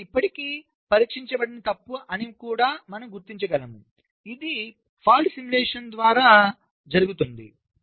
కాబట్టి ఇవి ఇప్పటికీ పరీక్షించబడని తప్పు అని కూడా మనం గుర్తించగలముఇది తప్పు అనుకరణ ద్వారా జరుగుతుంది